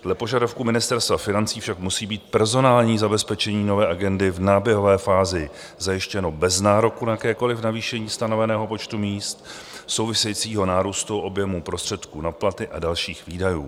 Dle požadavků Ministerstva financí však musí být personální zabezpečení nové agendy v náběhové fázi zajištěno bez nároku na jakékoliv navýšení stanoveného počtu míst, souvisejícího nárůstu objemu prostředků na platy a dalších výdajů.